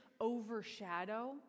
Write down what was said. overshadow